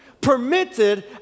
permitted